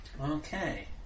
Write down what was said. Okay